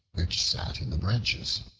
which sat in the branches.